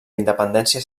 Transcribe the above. independència